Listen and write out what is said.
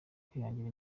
kwihangira